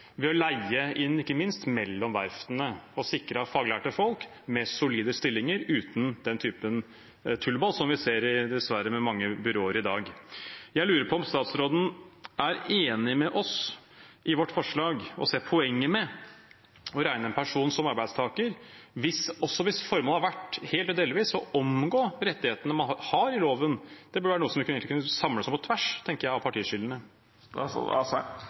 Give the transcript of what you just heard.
ved ikke minst å leie inn mellom verftene og sikret faglærte folk mer solide stillinger uten den typen tullball som vi dessverre ser med mange byråer i dag. Jeg lurer på om statsråden er enig med oss i vårt forslag og ser poenget med å regne en person som arbeidstaker også hvis formålet har vært helt eller delvis å omgå rettighetene man har i loven. Det tenker jeg burde være noe som vi kunne samles om på tvers av partiskillene.